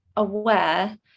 aware